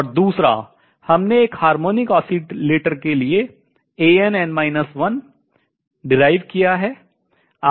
और दूसरा हमने एक हार्मोनिक आसलेटर के लिए व्युत्पन्न किया है